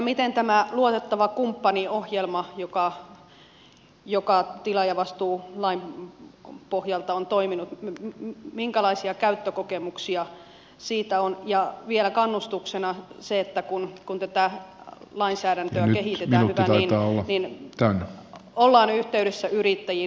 sitten kysyisin tästä luotettava kumppani ohjelmasta joka tilaajavastuulain pohjalta on toiminut minkälaisia käyttökokemuksia siitä on ja vielä kannustuksena se että kun tätä lainsäädäntöä kehitetään hyvä niin niin ollaan yhteydessä yrittäjiin että vältytään esimerkiksi